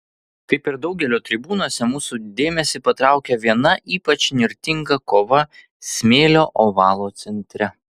kaip ir daugelio tribūnose mūsų dėmesį patraukia viena ypač įnirtinga kova smėlio ovalo centre